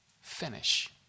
Finish